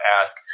ask